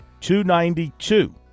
292